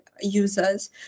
users